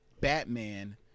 Batman